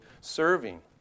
serving